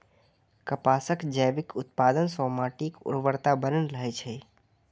कपासक जैविक उत्पादन सं माटिक उर्वरता बनल रहै छै